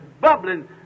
bubbling